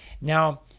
now